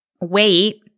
wait